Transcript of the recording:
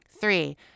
Three